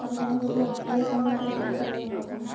ᱟᱨᱚ ᱡᱟᱦᱟᱭ ᱠᱚᱠᱚ ᱤᱭᱟᱹᱭ ᱠᱷᱟᱱ ᱫᱚ ᱠᱟᱹᱴᱤᱡ ᱮᱱᱛᱮ ᱞᱟᱹᱭ ᱧᱚᱜ ᱟᱠᱚᱢᱮ